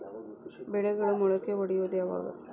ಬೆಳೆಗಳು ಮೊಳಕೆ ಒಡಿಯೋದ್ ಯಾವಾಗ್?